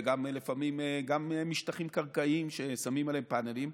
ולפעמים גם משטחים קרקעיים ששמים עליהם פאנלים.